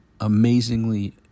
amazingly